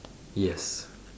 yes